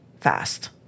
fast